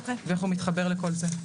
ואיך הוא מתחבר לכל זה.